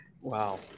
Wow